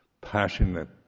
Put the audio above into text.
passionate